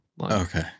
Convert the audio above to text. okay